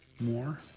more